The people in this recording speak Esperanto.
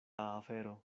afero